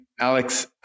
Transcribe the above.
Alex